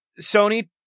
Sony